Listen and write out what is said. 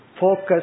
focus